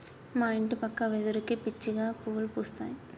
మా ఇంటి పక్క వెదురుకి పిచ్చిగా పువ్వులు పూస్తాయి